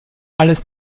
alles